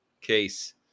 case